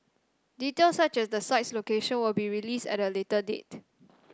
details such as the site's location will be released at a later date